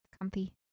comfy